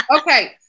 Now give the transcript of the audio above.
Okay